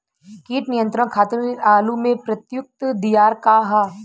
कीट नियंत्रण खातिर आलू में प्रयुक्त दियार का ह?